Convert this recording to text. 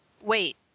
wait